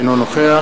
אינו נוכח